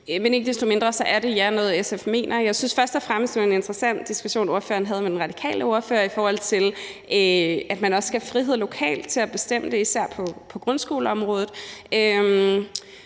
Men ikke desto mindre er det noget, SF mener. Jeg synes først og fremmest, det var en interessant diskussion, ordføreren havde med den radikale ordfører, om, at man også skal have frihed lokalt til at bestemme det, især på grundskoleområdet.